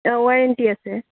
অঁ ৱাৰেণ্টি আছে